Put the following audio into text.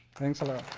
thanks a lot.